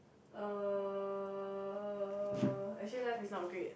uh actually life is not great